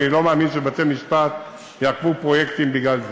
אני לא מאמין שבתי-משפט יעכבו פרויקטים בגלל זה.